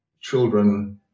children